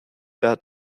der